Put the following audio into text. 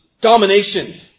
domination